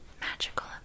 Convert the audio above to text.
magical